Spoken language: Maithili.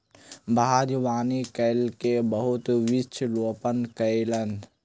बागवानी कय के बहुत वृक्ष रोपण कयलैन